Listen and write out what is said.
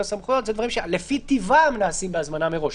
דברים שלפי טבעם נעשים בהזמנה מראש.